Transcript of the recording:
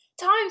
times